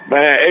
Man